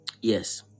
yes